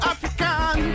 African